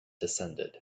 descended